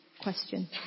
question